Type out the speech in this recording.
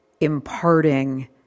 imparting